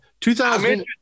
2000